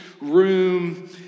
room